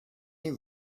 you